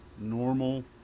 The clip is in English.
normal